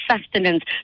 sustenance